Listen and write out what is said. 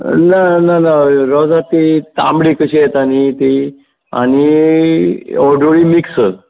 ना नाका रॉझां तीं तांबडी कशीं येता न्ही तीं आनी होळडुवी मिक्स